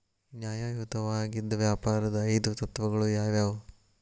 ನ್ಯಾಯಯುತವಾಗಿದ್ ವ್ಯಾಪಾರದ್ ಐದು ತತ್ವಗಳು ಯಾವ್ಯಾವು?